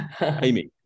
Amy